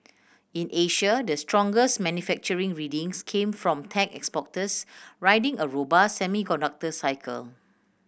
in Asia the strongest manufacturing readings came from tech exporters riding a robust semiconductor cycle